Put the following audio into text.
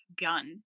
gun